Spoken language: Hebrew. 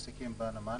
בנמל?